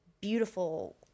beautiful